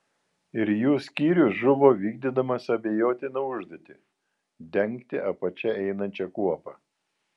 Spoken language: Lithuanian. ir jų skyrius žuvo vykdydamas abejotiną užduotį dengti apačia einančią kuopą